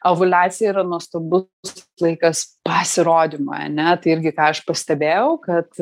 ovuliacija yra nuostabus laikas pasirodymui ane tai irgi ką aš pastebėjau kad